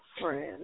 friend